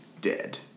dead